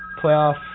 playoff